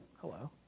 Hello